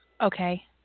Okay